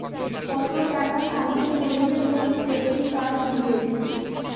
কত টাকা কামাই করিলে মোক ক্রেডিট কার্ড দিবে?